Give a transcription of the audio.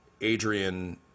Adrian